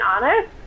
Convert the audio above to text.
honest